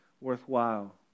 worthwhile